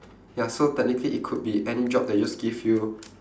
ya so technically it could be any job that just give you